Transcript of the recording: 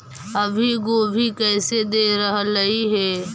अभी गोभी कैसे दे रहलई हे?